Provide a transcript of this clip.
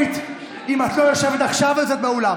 שפרית, אם את לא יושבת עכשיו, את יוצאת מהאולם.